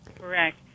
Correct